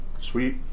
Sweet